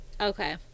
Okay